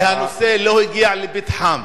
כי הנושא לא הגיע לפתחם.